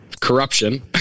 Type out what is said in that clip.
corruption